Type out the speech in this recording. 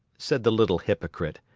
said the little hypocrite,